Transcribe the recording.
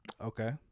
Okay